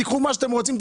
תיקחו מה שאתם רוצים,